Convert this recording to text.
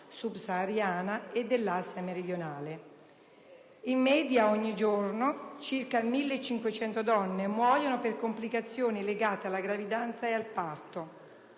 sub-sahariana e dell'Asia meridionale. In media, ogni giorno circa 1.500 donne muoiono per complicazioni legate alla gravidanza e al parto.